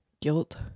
guilt